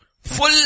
Full